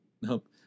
Nope